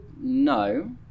No